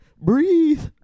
Breathe